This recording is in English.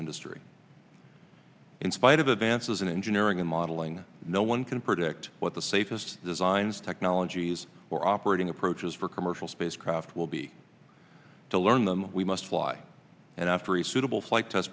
industry in spite of advances in engineering and modeling no one can predict what the safest designs technologies or operating approaches for commercial spacecraft will be to learn them we must fly and after a suitable flight test